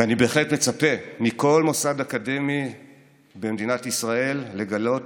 ואני בהחלט מצפה מכל מוסד אקדמי במדינת ישראל לגלות